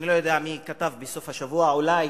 אני לא יודע מי כתב בסוף השבוע, אולי